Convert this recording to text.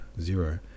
zero